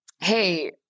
hey